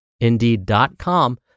indeed.com